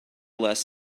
less